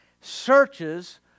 searches